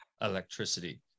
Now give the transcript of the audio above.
electricity